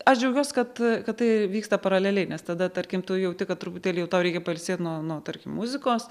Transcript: aš džiaugiuosi kad kad tai vyksta paraleliai nes tada tarkim tu jauti kad truputėlį jau tau reikia pailsėt nuo nuo tarkim muzikos